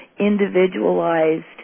individualized